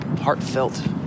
heartfelt